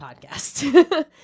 podcast